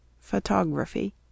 Photography